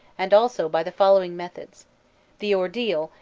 and also by the following methods the ordeal,